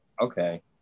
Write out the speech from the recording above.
okay